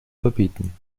überbieten